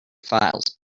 files